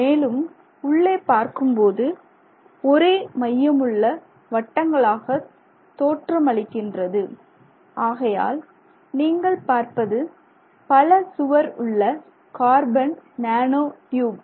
மேலும் உள்ளே பார்க்கும் போது ஒரே மையமுள்ள வட்டங்களாக தோற்றமளிக்கின்றது ஆகையால் நீங்கள் பார்ப்பது பல சுவர் உள்ள கார்பன் நேனோ டியூப்